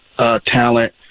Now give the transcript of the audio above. talent